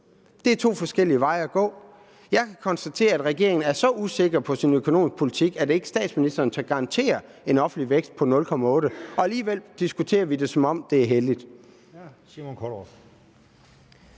Det er to forskellige veje at gå. Jeg kan konstatere, at regeringen er så usikker på sin økonomiske politik, at statsministeren ikke tør garantere en offentlig vækst på 0,8 pct. Alligevel diskuterer vi det, som om det er helligt.